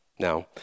Now